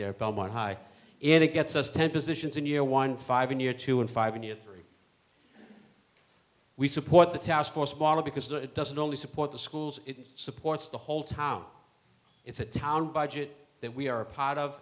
there belmont high and it gets us ten positions in year one five in year two and five in year three we support the task force because it doesn't only support the schools it supports the whole town it's a town budget that we are a part of